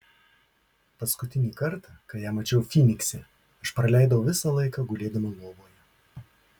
paskutinį kartą kai ją mačiau fynikse aš praleidau visą laiką gulėdama lovoje